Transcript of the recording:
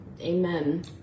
Amen